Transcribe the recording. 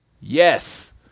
Yes